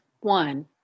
one